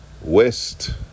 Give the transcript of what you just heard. West